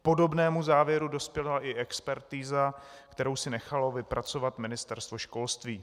K podobnému závěru dospěla i expertiza, kterou si nechalo vypracovat Ministerstvo školství.